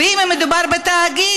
ואם מדובר בתאגיד,